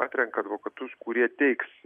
atrenka advokatus kurie teiks